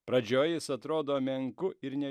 pradžioj jis atrodo menku ir ne